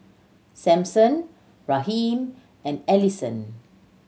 Sampson Raheem and Alisson